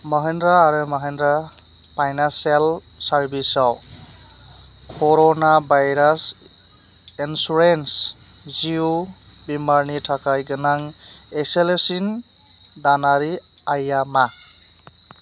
महिन्द्रा आरो Mahindra financial services आव कर'ना भाइरास इन्सुरेन्स जिउ बिमानि थाखाय गोनां इसेल'सिन दानारि आइया मा